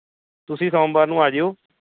ਤੁਸੀਂ ਸੋਮਵਾਰ ਨੂੰ ਆ ਜਾਓ